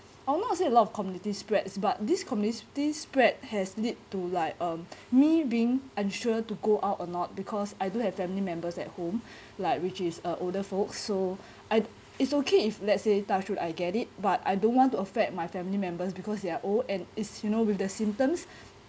I'll not say a lot of community spreads but this community spread has lead to like um me being unsure to go out or not because I do have family members at home like which is older folks so I it's okay if let's say touch wood I get it but I don't want to affect my family members because they are old and it's you know with the symptoms